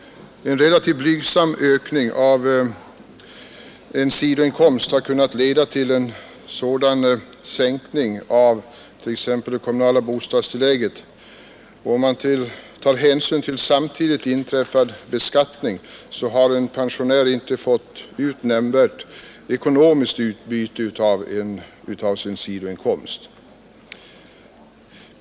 En relativt blygsam ökning av en sidoinkomst har kunnat leda till en sådan sänkning av t.ex. det kommunala bostadstillägget att om hänsyn tas till samtidigt tillämpad beskattning en pensionär icke har fått nämnvärt ekonomiskt utbyte av sin sidoinkomst.